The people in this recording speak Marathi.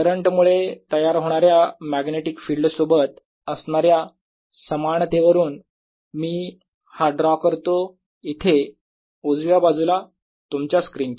करंट मुळे तयार होणाऱ्या मॅग्नेटिक फिल्ड सोबत असणाऱ्या समानतेवरून मी हा ड्रॉ करतो इथे उजव्या बाजूला तुमच्या स्क्रीनच्या